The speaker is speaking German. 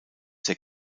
der